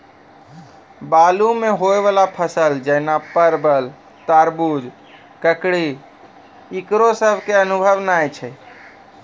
बालू मे होय वाला फसल जैना परबल, तरबूज, ककड़ी ईकरो सब के अनुभव नेय छै?